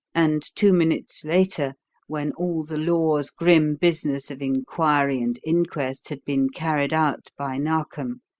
and two minutes later when all the law's grim business of inquiry and inquest had been carried out by narkom,